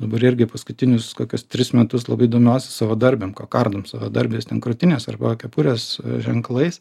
dabar irgi paskutinius kokius tris metus labai domiuosi savadarbėm kokardom savadarbiais ten krūtinės arba kepurės ženklais